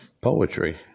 poetry